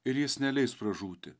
ir jis neleis pražūti